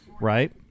right